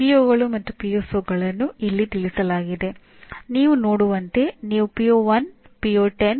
ಕನಿಷ್ಠ ಮಾನದಂಡಗಳನ್ನು ಸಾಧಿಸಲಾಗಿದೆಯೇ ಎಂದು ಖಚಿತಪಡಿಸಿಕೊಳ್ಳಲು ಮಾತ್ರ ಈ ಪ್ರಕ್ರಿಯೆ